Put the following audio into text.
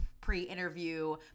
pre-interview